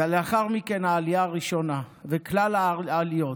ולאחר מכן העלייה הראשונה וכלל העליות.